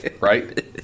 right